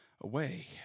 away